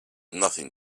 nothing